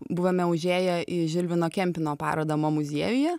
buvome užėję į žilvino kempino paroda mo muziejuje